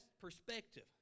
perspective